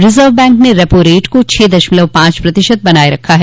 reserve bank ने repo rate को छह दशमलव पांच प्रतिशत बनाये रखा है